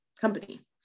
Company